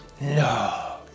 No